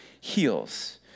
heals